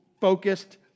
focused